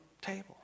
table